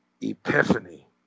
epiphany